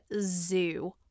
zoo